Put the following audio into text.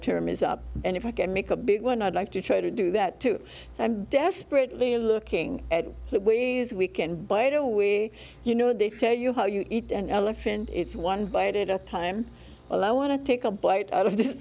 term is up and if i can make a big one i'd like to try to do that too i'm desperately looking at ways we can but all we you know they tell you how you eat an elephant it's one bite at a time well i want to take a bite out of th